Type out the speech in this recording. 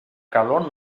calor